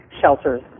shelters